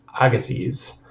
Agassiz